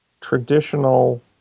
traditional